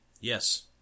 Yes